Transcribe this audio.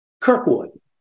Kirkwood